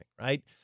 right